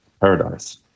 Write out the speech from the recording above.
paradise